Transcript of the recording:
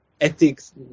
ethics